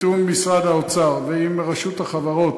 בתיאום עם משרד האוצר ועם ורשות החברות,